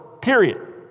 Period